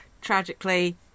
Tragically